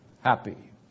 happy